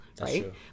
right